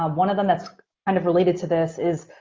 um one of them that's kind of related to this is,